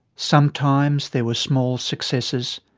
sometimes there were small successes.